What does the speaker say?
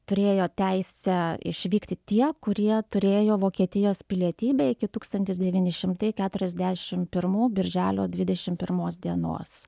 turėjo teisę išvykti tie kurie turėjo vokietijos pilietybę iki tūkstantis devyni šimtai keturiasdešimt pirmų birželio dvidešimt pirmos dienos